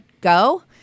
go